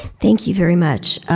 thank you very much.